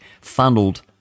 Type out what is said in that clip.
funneled